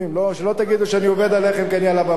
שלא תגידו שאני עובד עליכם כי אני על הבמה.